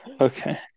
Okay